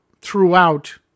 throughout